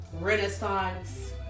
renaissance